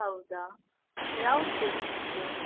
ಹೌದಾ ಯಾವ್ದು ಬೇಕು ನಿಮಗೆ